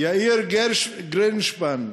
יאיר גרינשפן,